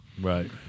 Right